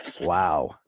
Wow